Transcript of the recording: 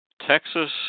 Texas